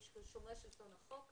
ששומר את שלטון החוק,